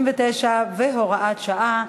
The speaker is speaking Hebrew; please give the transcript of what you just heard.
59 והוראת שעה),